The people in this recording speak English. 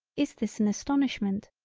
is this an astonishment,